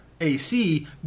ac